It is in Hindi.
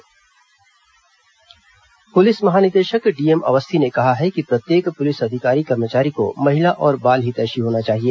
डीजीपी कार्यशाला पुलिस महानिदेशक डीएम अवस्थी ने कहा है कि प्रत्येक पुलिस अधिकारी कर्मचारी को महिला और बाल हितैषी होना चाहिए